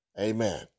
Amen